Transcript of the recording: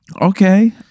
Okay